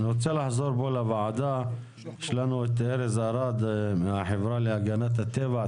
אני רוצה לחזור פה לוועדה ארז ארד מהחברה להגנת הטבע,